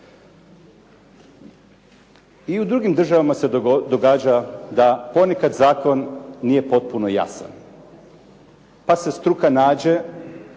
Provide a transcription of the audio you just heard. I u drugim državama se događa da ponekad zakon nije potpuno jasan, pa se struka nađe